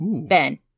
Ben